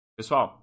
Pessoal